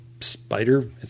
spider